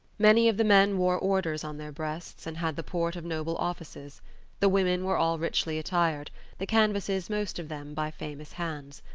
many of the men wore orders on their breasts and had the port of noble offices the women were all richly attired the canvases most of them by famous hands.